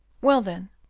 well, then,